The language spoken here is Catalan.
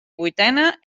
vuitena